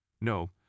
No